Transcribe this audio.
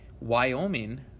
Wyoming